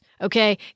Okay